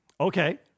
Okay